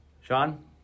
Sean